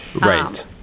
Right